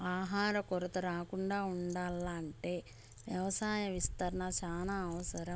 ఆహార కొరత రాకుండా ఉండాల్ల అంటే వ్యవసాయ విస్తరణ చానా అవసరం